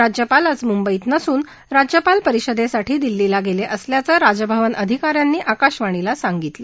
राज्यपाल आज मुंबईत नसून राज्यपाल परिषदेसाठी दिल्लीला गेले असल्याचं राजभवन अधिका यांनी आकाशवाणीला सांगितलं